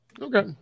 Okay